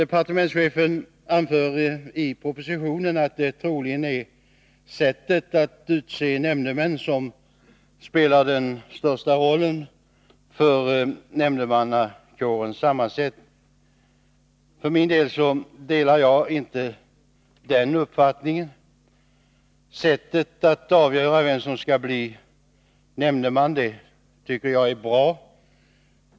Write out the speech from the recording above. Departementschefen anför i propositionen att det troligen är sättet att utse nämndemän som spelar den största rollen för nämndemannakårens sammansättning. Jag delar inte den uppfattningen. Sättet att avgöra vem som skall bli nämndeman tycker jag är bra.